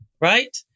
Right